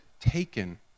taken